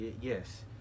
yes